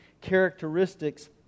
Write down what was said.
characteristics